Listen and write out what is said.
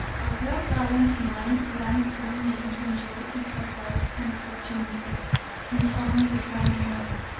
a well-balanced mind wants all men to enjoy equal rights and opportunities in common with one another,